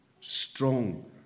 strong